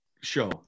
show